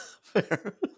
Fair